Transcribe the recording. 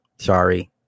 Sorry